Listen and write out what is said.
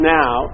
now